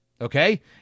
Okay